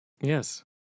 Yes